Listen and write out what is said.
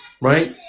right